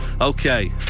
Okay